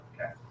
Okay